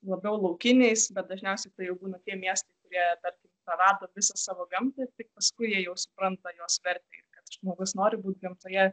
labiau laukiniais bet dažniausiai tai jau būna tie miestai kurie tarkim prarado visą savo gamtą ir tik paskui jie jau supranta jos vertę kad žmogus nori būt gamtoje